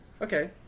Okay